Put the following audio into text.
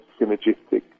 synergistic